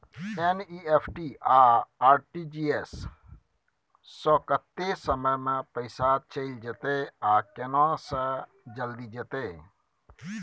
NEFT आ RTGS स कत्ते समय म पैसा चैल जेतै आ केना से जल्दी जेतै?